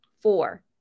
Four